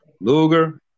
Luger